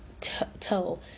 Toe